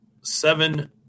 Seven